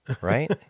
right